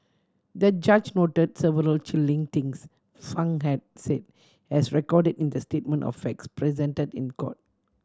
the judge noted several chilling things Fang had said as recorded in the statement of facts presented in court